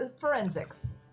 forensics